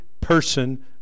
person